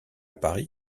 paris